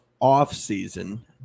off-season